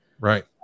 Right